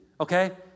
okay